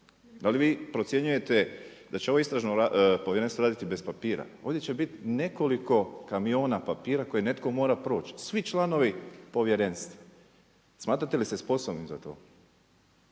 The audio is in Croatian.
Da li vi procjenjujete da će ovo istražno povjerenstvo raditi bez papira? Ovdje će biti nekoliko kamiona papira koje netko mora proći, svi članovi povjerenstva. Smatrate li se sposobnim za to?